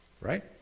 Right